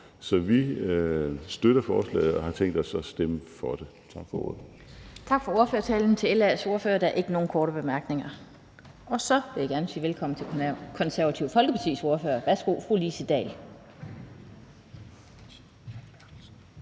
14:58 Den fg. formand (Annette Lind): Tak for ordførertalen til LA's ordfører. Der er ikke nogen korte bemærkninger. Så vil jeg gerne sige velkommen til Det Konservative Folkepartis ordfører. Værsgo, fru Lise